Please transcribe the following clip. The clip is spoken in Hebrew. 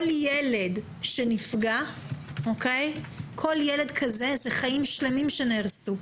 כל ילד שנפגע, כל ילד כזה, הוא חיים שלמים שנהרסו.